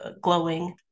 glowing